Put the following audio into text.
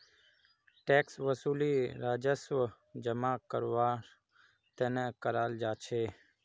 tax वसूली राजस्व जमा करवार तने कराल जा छे